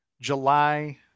July